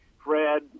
Fred